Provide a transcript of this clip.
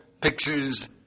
pictures